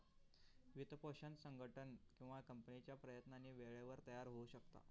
वित्तपोषण संघटन किंवा कंपनीच्या प्रयत्नांनी वेळेवर तयार होऊ शकता